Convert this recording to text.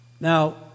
Now